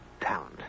talent